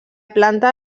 planta